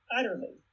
Utterly